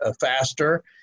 faster